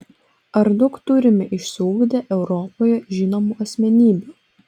ar daug turime išsiugdę europoje žinomų asmenybių